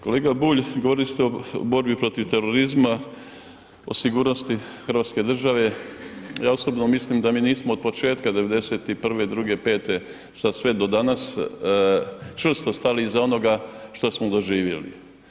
Kolega Bulj, govorili ste o borbi protiv terorizma, o sigurnosti hrvatske države, ja osobno mislim da mi nismo od početka '92., 92., '95. sad sve do danas čvrsto stali iza onoga što smo doživjeli.